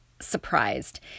surprised